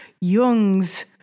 Jung's